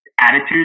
attitude